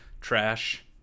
trash